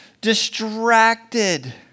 distracted